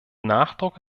nachdruck